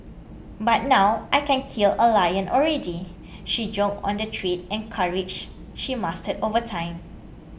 but now I can kill a lion already she joked on the trade and courage she mastered over time